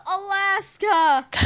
Alaska